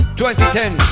2010